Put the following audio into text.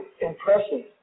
impressions